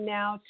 now